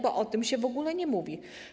Bo o tym się w ogóle nie mówi.